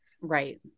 Right